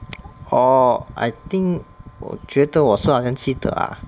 orh I think 我觉得我是好像记得 ah